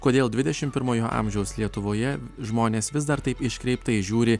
kodėl dvidešimt pirmojo amžiaus lietuvoje žmonės vis dar taip iškreiptai žiūri